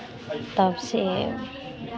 तब से